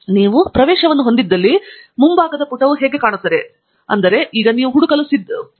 ಮತ್ತು ನೀವು ಪ್ರವೇಶವನ್ನು ಹೊಂದಿದ್ದಲ್ಲಿ ಮುಂಭಾಗದ ಪುಟವು ಹೇಗೆ ಕಾಣುತ್ತದೆ ಇದರರ್ಥ ನೀವು ಹುಡುಕುವುದು ಈಗ ಸಿದ್ಧವಾಗಿದೆ